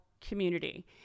community